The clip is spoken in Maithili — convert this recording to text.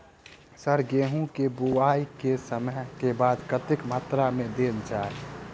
सर गेंहूँ केँ बोवाई केँ समय केँ खाद कतेक मात्रा मे देल जाएँ?